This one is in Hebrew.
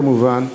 כמובן,